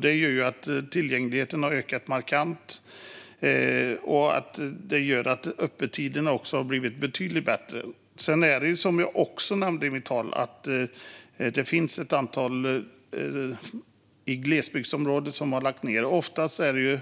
Det gör ju att tillgängligheten har ökat markant, även vad gäller öppettiderna som har blivit betydligt bättre. Jag nämnde också att ett antal apotek i glesbygdsområdet har lagts ned. Oftast är det